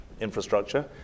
infrastructure